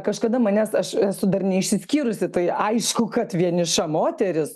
kažkada manęs aš esu dar neišsiskyrusi tai aišku kad vieniša moteris